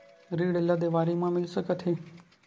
ऋण ला देवारी मा मिल सकत हे